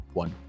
one